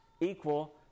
equal